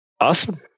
Awesome